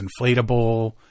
inflatable